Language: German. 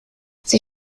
sie